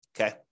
okay